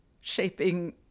shaping